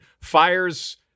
fires